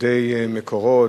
עובדי "מקורות",